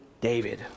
David